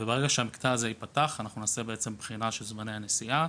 וברגע שהמקטע הזה ייפתח אנחנו נעשה בחינה של זמני הנסיעה,